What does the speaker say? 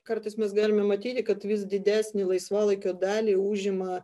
kartais mes galime matyti kad vis didesnį laisvalaikio dalį užima